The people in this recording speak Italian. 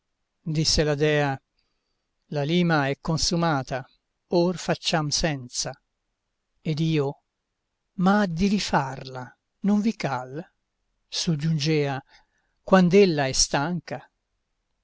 disse la dea la lima è consumata or facciam senza ed io ma di rifarla non vi cal soggiungea quand'ella è stanca